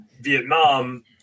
Vietnam